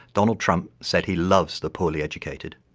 donald trump said he loves the poorly educated.